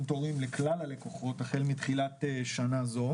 תורים לכלל הלקוחות החל מתחילת שנה זו,